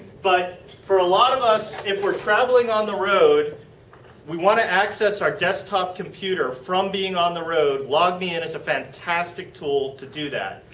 but for a lot of us, if we are traveling on the road we want to access our desktop computer from being on the road. logmein is a fantastic tool to do that.